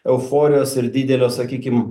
euforijos ir didelio sakykim